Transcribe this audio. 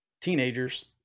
teenagers